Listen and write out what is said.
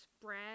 spread